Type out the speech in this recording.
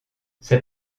ses